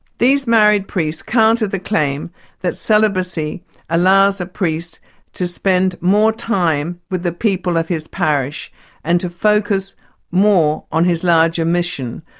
these married priests counter the claim that celibacy allows a priest to spend more time with the people of his parish and to focus more on his larger mission,